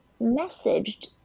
messaged